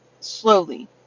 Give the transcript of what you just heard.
slowly